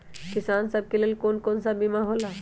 किसान सब के लेल कौन कौन सा बीमा होला?